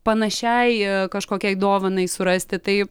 panašiai kažkokiai dovanai surasti tai